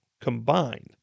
combined